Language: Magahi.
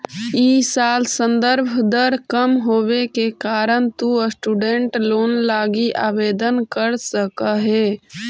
इ साल संदर्भ दर कम होवे के कारण तु स्टूडेंट लोन लगी आवेदन कर सकऽ हे